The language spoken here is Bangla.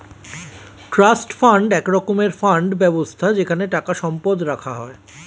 ট্রাস্ট ফান্ড এক রকমের ফান্ড ব্যবস্থা যেখানে টাকা সম্পদ রাখা হয়